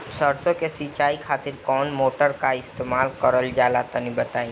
सरसो के सिंचाई खातिर कौन मोटर का इस्तेमाल करल जाला तनि बताई?